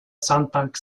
sandbank